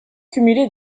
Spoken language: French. cumulé